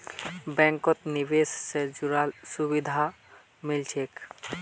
बैंकत निवेश से जुराल सुभिधा मिल छेक